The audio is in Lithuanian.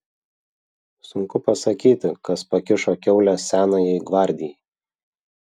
sunku pasakyti kas pakišo kiaulę senajai gvardijai